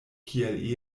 kiel